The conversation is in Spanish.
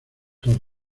todo